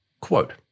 Quote